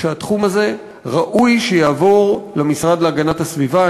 שהתחום הזה ראוי שיעבור למשרד להגנת הסביבה.